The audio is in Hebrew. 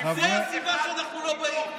זו הסיבה שאנחנו לא באים.